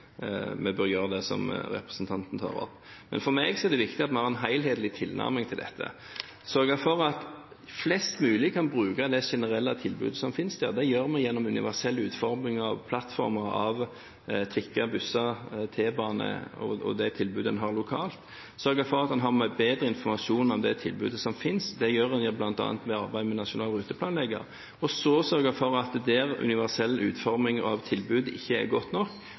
som representanten tar opp, men for meg er det viktig at vi har en helhetlig tilnærming til dette. Vi må sørge for at flest mulig kan bruke det generelle tilbudet som finnes. Det gjør vi gjennom universell utforming av plattformer knyttet til trikker, busser, T-baner og det tilbudet en har lokalt. Det gjør vi ved å sørge for at en har bedre informasjon om det tilbudet som finnes. Det gjør en bl.a. ved å arbeide med en nasjonal ruteplanlegger. Og det gjør vi ved å sørge for at der hvor den universelle utformingen av tilbud ikke er god nok,